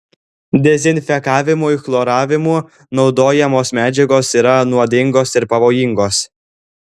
dezinfekavimui chloravimu naudojamos medžiagos yra nuodingos ir pavojingos